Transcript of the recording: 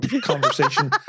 conversation